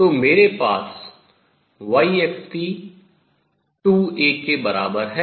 तो मेरे पास yxt 2A के बराबर है